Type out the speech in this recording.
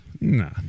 nah